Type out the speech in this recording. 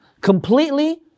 completely